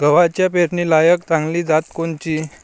गव्हाची पेरनीलायक चांगली जात कोनची?